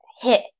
hit